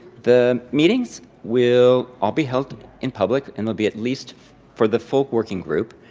the meetings will all be held in public, and they'll be at least for the full working group,